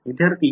विद्यार्थी